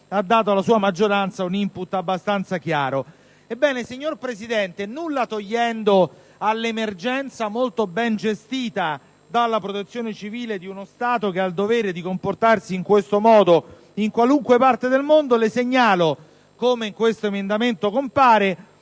ha dato alla sua maggioranza un *input* abbastanza chiaro. Ebbene, signora Presidente, nulla togliendo all'emergenza, molto ben gestita dalla Protezione civile di uno Stato che ha il dovere di comportarsi in questo modo in qualunque parte del mondo, le segnalo che anche nella finanziaria